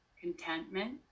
contentment